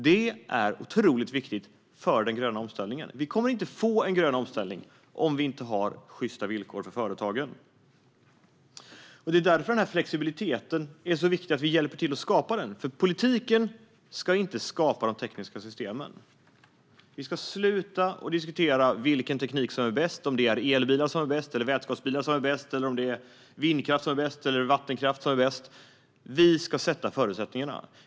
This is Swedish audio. Det är otroligt viktigt för den gröna omställningen. Vi kommer inte att få en grön omställning om vi inte har sjysta villkor för företagen. Det är därför det är så viktigt att vi hjälper till att skapa flexibiliteten. Politiken ska inte skapa de tekniska systemen. Vi ska sluta att diskutera vilken teknik som är bäst, om det är elbilar som är bäst eller vätgasbilar som är bäst eller om det är vindkraft som är bäst eller vattenkraft som är bäst. Vi ska ge förutsättningarna.